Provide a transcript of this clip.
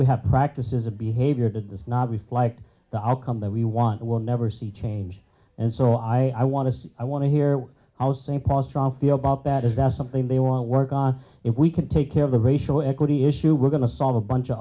we have practices of behavior that does not reflect the outcome that we want we'll never see change and so i want to i want to hear what i was saying paul strong feeling about that is that something they want to work on if we can take care of the racial equity issue we're going to solve a bunch of